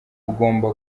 ugomba